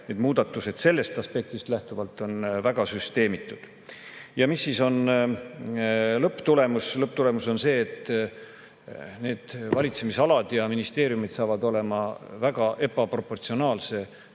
Need muudatused on sellest aspektist lähtuvalt väga süsteemitud. Mis siis on lõpptulemus? Lõpptulemus on see, et need valitsemisalad ja ministeeriumid saavad olema väga ebaproportsionaalse